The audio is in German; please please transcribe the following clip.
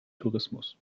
tourismus